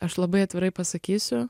aš labai atvirai pasakysiu